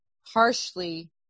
harshly